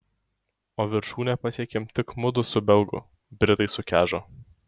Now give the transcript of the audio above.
o viršūnę pasiekėm tik mudu su belgu britai sukežo